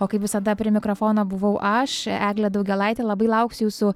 o kaip visada prie mikrofono buvau aš eglė daugėlaitė labai lauksiu jūsų